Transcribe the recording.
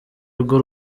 rwo